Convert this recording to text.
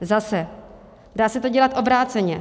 Zase, dá se to dělat obráceně.